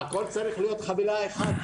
הכל צריך להיות חבילה אחת,